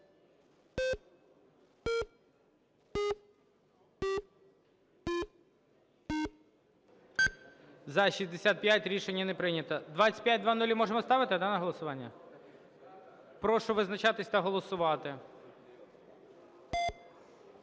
За-65 Рішення не прийнято. 2500 можемо ставити, да, на голосування? Прошу визначатися та голосувати.